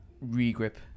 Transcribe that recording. re-grip